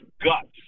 guts